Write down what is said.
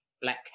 black